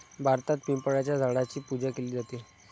भारतात पिंपळाच्या झाडाची पूजा केली जाते